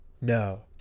No